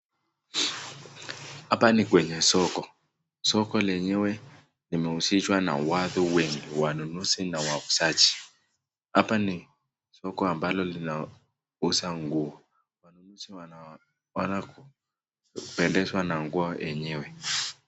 Hapa ni kwenye soko, soko lenyewe limehusishwa na watu wengi ambao ni wanunuzi na wauzaji, hapa ni soko ambalo linauza nguo wanunuzi wanonekana kupendezwa na nguo zenyewe.